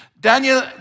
Daniel